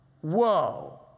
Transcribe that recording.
Whoa